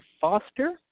Foster